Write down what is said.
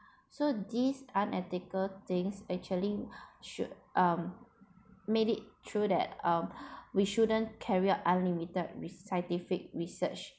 so this unethical thing actually should um make it through that um we shouldn't carry out unlimited re~ scientific research